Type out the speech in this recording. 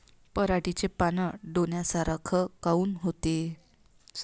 पराटीचे पानं डोन्यासारखे काऊन होते?